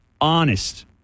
honest